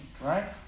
right